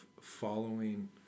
following